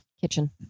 kitchen